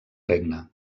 regne